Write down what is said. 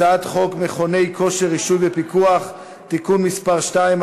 הצעת חוק מכוני כושר (רישוי ופיקוח) (תיקון מס' 2),